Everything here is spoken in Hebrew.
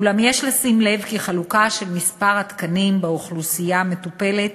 אולם יש לשים לב כי חלוקה של מספר התקנים באוכלוסייה המטופלת